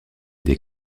des